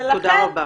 תודה רבה.